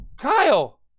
Kyle